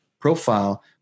profile –